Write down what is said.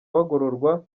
bagororwa